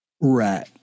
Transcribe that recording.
Right